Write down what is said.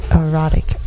erotic